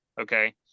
Okay